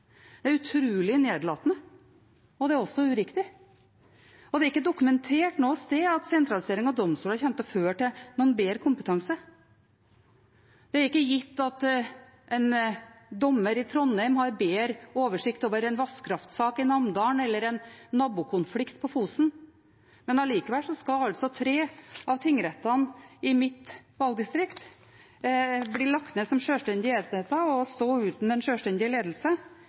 Det er utrolig nedlatende. Og det er også uriktig. Det er ikke dokumentert noe sted at sentralisering av domstolene kommer til å føre til noen bedre kompetanse. Det er ikke gitt at en dommer i Trondheim har bedre oversikt over en vannkraftsak i Namdalen eller en nabokonflikt på Fosen. Likevel skal altså tre av tingrettene i mitt valgdistrikt legges ned som sjølstendige enheter og stå uten en sjølstendig ledelse.